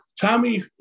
Tommy